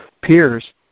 peers